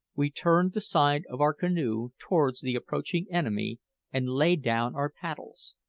we turned the side of our canoe towards the approaching enemy and laid down our paddles.